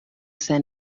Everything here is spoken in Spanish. esa